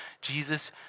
Jesus